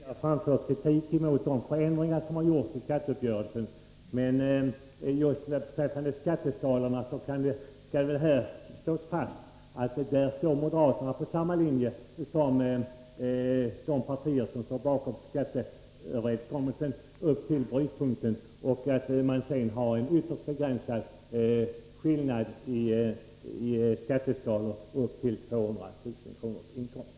Herr talman! Jag har redan tidigare framfört kritik mot de förändringar som har gjorts i skatteuppgörelsen. Beträffande just skatteskalorna skall det här slås fast att moderaterna upp till brytpunkten står på samma linje som de partier som har träffat skatteuppgörelsen och att skillnaderna i skatteskalorna upp till inkomster på 200 000 kr. är ytterst begränsade.